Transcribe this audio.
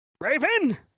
Raven